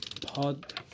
pod